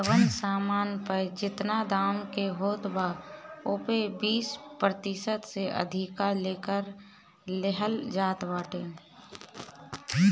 जवन सामान पअ जेतना दाम के होत बा ओपे बीस प्रतिशत से अधिका ले कर लेहल जात बाटे